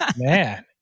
Man